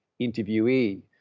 interviewee